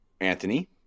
Anthony